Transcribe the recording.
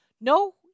No